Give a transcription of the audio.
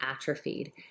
atrophied